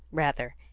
rather.